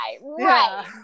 Right